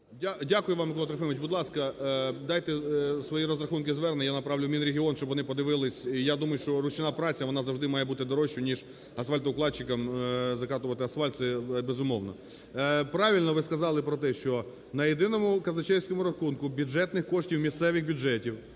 Дякую вам, Микола Трохимович. Будь ласка, дайте свої розрахунки і звернення, я направлю в Мінрегіон, щоб вони подивилися. Я думаю, що ручна праця, вона завжди має бути дорожча, ніж асфальтоукладчикам закатувати асфальт, це безумовно. Правильно ви сказали про те, що на єдиному казначейському рахунку бюджетних коштів місцевих бюджетів